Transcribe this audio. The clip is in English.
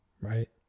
right